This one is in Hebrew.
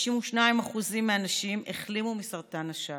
92% מהנשים החלימו מסרטן השד.